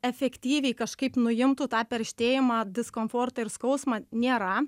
efektyviai kažkaip nuimtų tą perštėjimą diskomfortą ir skausmą nėra